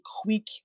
quick